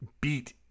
beat